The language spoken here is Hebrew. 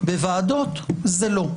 בוועדות הוא לא.